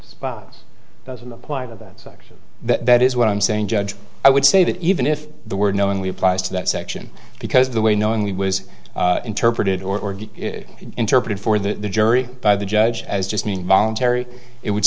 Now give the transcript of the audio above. well doesn't apply to that section that is what i'm saying judge i would say that even if the word knowingly applies to that section because the way knowingly was interpreted or interpreted for the jury by the judge as just means voluntary it would